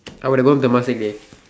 I would above Temasek day